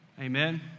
Amen